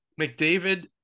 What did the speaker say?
McDavid